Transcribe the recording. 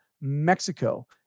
Mexico